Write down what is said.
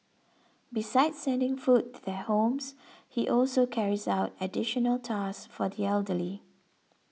besides sending food to their homes he also carries out additional tasks for the elderly